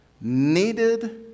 needed